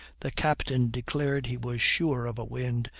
the captain declared he was sure of a wind,